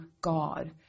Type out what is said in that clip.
God